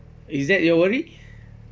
is that your worry